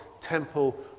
temple